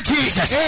Jesus